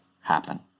happen